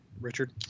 Richard